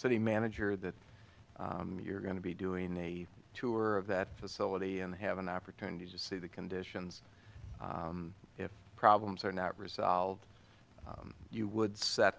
city manager that you're going to be doing a tour of that facility and have an opportunity to see the conditions if problems are not resolved you would set